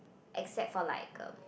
except for like um